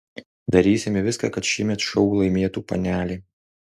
darysime viską kad šiemet šou laimėtų panelė